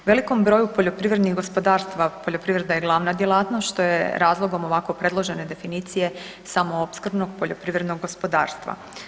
Velikom broju poljoprivrednih gospodarstava poljoprivreda je glavna djelatnost što je razlogom ovako predložene definicije samoopskrbnog poljoprivrednog gospodarstva.